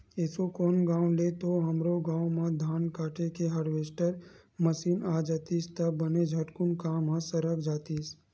एसो कोन गाँव ले तो हमरो गाँव म धान काटे के हारवेस्टर मसीन आ जातिस त बने झटकुन काम ह सरक जातिस